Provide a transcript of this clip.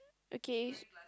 okay